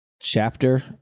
chapter